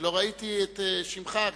שלא ראיתי את שמך.